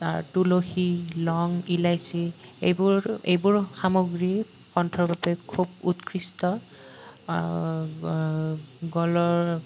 আৰু তাৰ তুলসী লং ইলাচী এইবোৰ এইবোৰ সামগ্ৰী কণ্ঠৰ বাবে খুব উৎকৃষ্ট গলৰ